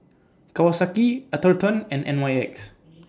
Kawasaki Atherton and N Y X